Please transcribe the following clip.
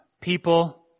people